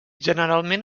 generalment